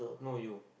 no you